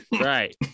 right